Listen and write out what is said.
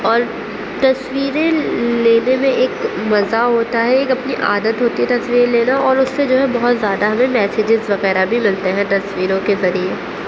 اور تصویریں لینے میں ایک مزہ ہوتا ہے ایک اپنی عادت ہوتی ہے تصویر لینا اور اس سے جو ہے بہت زیادہ ہمیں میسجیز وغیرہ بھی ملتے ہیں تصویروں کے ذریعے